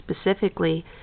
specifically